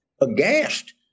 aghast